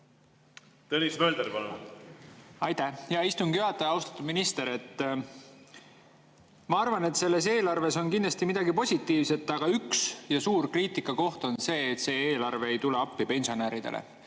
Tõnis Mölder, palun! Aitäh, hea istungi juhataja! Austatud minister! Ma arvan, et selles eelarves on kindlasti midagi positiivset, aga üks suur kriitikakoht on see, et see eelarve ei tule appi pensionäridele.